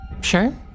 Sure